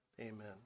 amen